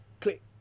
click